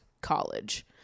college